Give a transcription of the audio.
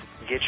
Get